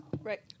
Right